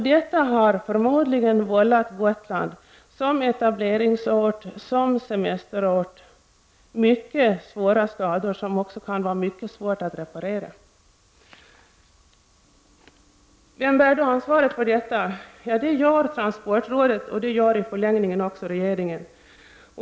Detta har förmodligen vållat Gotland som etableringsort och semesterort skador som kan vara mycket svåra att reparera. Vem bär då ansvaret för detta? Jo, det gör transportrådet och i förlängningen regeringen.